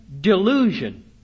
delusion